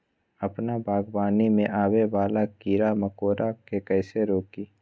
अपना बागवानी में आबे वाला किरा मकोरा के कईसे रोकी?